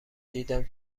دیدم